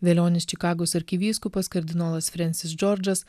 velionis čikagos arkivyskupas kardinolas frensis džordžas